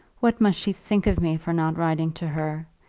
what must she think of me for not writing to her!